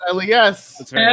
yes